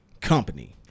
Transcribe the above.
company